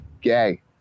gay